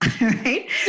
right